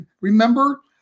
remember